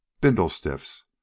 bindle-stiffs